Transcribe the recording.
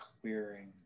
clearing